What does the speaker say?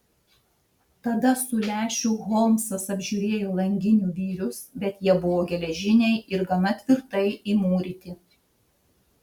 tada su lęšiu holmsas apžiūrėjo langinių vyrius bet jie buvo geležiniai ir gana tvirtai įmūryti